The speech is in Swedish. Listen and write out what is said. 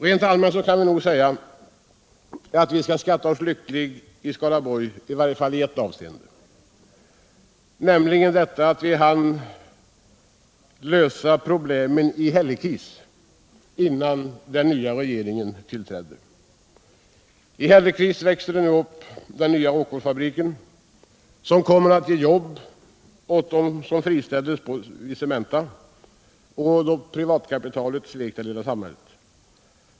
Rent allmänt kan vi nog säga att vi ändå kan skatta oss lyckliga i Skaraborg, i varje fall i ett avseende, nämligen därför att vi hann lösa problemen i Hällekis innan den nya regeringen tillträdde. I Hällekis växte den nya Rockwoolfabriken upp, som kommer att ge jobb åt dem som friställdes vid Cementa då privatkapitalet svek det lilla samhället.